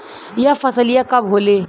यह फसलिया कब होले?